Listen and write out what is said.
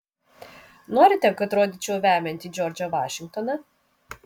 norite kad rodyčiau vemiantį džordžą vašingtoną